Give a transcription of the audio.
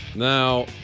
Now